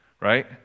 Right